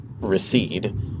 recede